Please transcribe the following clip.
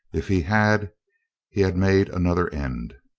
if he had he had made another end.